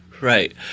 Right